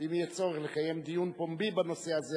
ואם יהיה צורך לקיים דיון פומבי בנושא הזה,